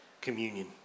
communion